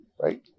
Right